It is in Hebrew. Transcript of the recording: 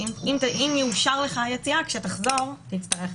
אם תאושר לך היציאה, כשתחזור תצטרך בידוד.